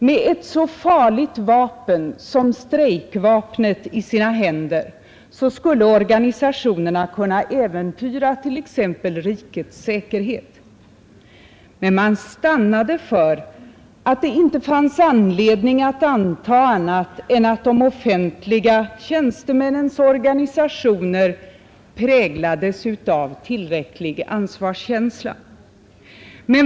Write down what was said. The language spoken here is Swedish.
Med ett så farligt vapen som strejkvapnet i sina händer skulle organisationerna kunna äventyra t.ex. rikets säkerhet. Men man stannade för att det inte fanns anledning att anta annat än att de offentliga tjänstemännens organisationer präglades av tillräcklig ansvarskänsla.